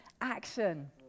action